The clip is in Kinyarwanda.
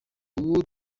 ubu